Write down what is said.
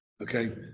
Okay